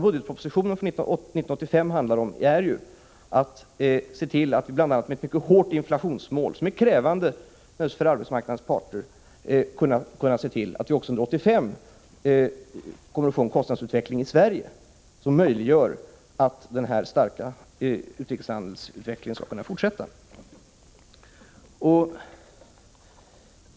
Budgetpropositionen från 1985 handlar om att vi skall se till — bl.a. genom ett mycket hårt inflationsmål, som är krävande för arbetsmarknadens parter — att vi också 1985 får en kostnadsutveckling i Sverige som möjliggör att denna starka utrikeshandelsutveckling kan fortsätta.